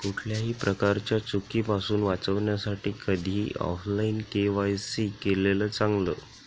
कुठल्याही प्रकारच्या चुकीपासुन वाचण्यासाठी कधीही ऑफलाइन के.वाय.सी केलेलं चांगल